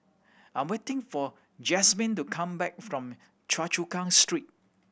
I'm waiting for Jasmyne to come back from Choa Chu Kang Street